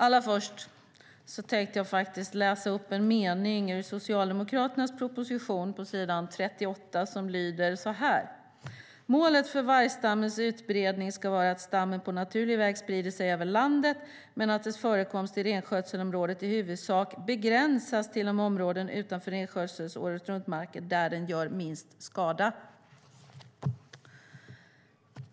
Allra först tänkte jag läsa upp en mening från s. 38 i Socialdemokraternas proposition som lyder så här: "Målet för vargstammens utbredning skall vara att stammen på naturlig väg sprider sig över landet, men att dess förekomst i renskötselområdet i huvudsak begränsas till de områden utanför renskötselns åretruntmarker där den gör minst skada."